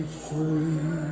free